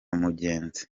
mugenzi